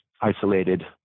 isolated